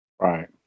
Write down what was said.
Right